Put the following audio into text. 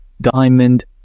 diamond